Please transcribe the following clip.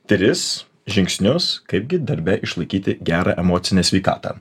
tris žingsnius kaip gi darbe išlaikyti gerą emocinę sveikatą